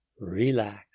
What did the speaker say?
relax